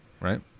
right